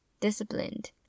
disciplined